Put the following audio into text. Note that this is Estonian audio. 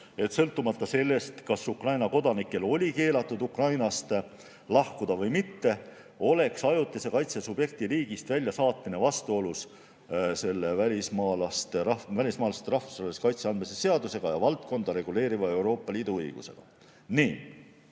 et sõltumata sellest, kas Ukraina kodanikel oli keelatud Ukrainast lahkuda või mitte, oleks ajutise kaitse subjekti riigist väljasaatmine vastuolus selle välismaalasele rahvusvahelise kaitse andmise seadusega ja valdkonda reguleeriva Euroopa Liidu õigusega. Nii.